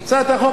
אני אומר לך,